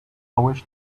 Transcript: wish